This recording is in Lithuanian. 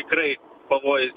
tikrai pavojus